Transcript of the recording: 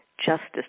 justice